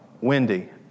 Wendy